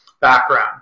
background